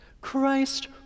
Christ